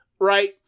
right